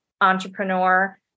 entrepreneur